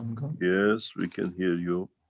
yes, we can hear you.